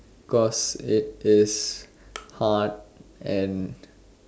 because it is hard and